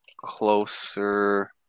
closer